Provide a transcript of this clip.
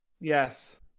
Yes